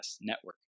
network